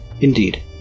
Indeed